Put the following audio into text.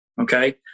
Okay